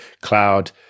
cloud